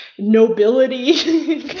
nobility